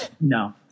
No